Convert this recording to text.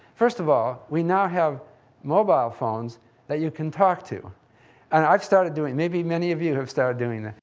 first of all, we now have mobile phones that you can talk to and i've started doing, maybe many of you have started doing this,